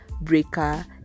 breaker